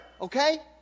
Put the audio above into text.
Okay